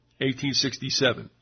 1867